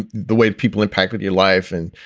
the way people impacted your life and,